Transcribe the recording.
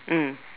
mm